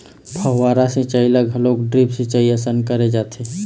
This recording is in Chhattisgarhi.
फव्हारा सिंचई ल घलोक ड्रिप सिंचई असन करे जाथे